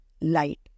light